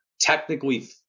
technically